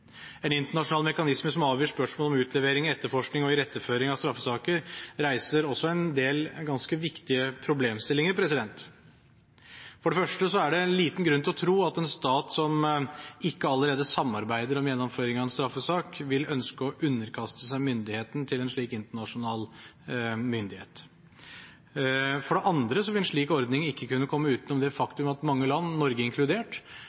En internasjonal mekanisme som avgjør spørsmålet om utlevering, etterforskning og iretteføring av straffesaker, reiser også en del ganske viktige problemstillinger. For det første er det liten grunn til å tro at en stat som ikke allerede samarbeider om gjennomføring av en straffesak, vil ønske å underkaste seg myndigheten til en slik internasjonal myndighet. For det andre vil en slik ordning ikke kunne komme utenom det faktum at mange land, Norge inkludert,